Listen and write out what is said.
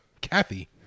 Kathy